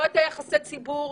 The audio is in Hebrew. יחסי ציבור,